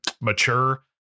mature